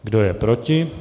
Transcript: Kdo je proti?